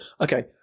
Okay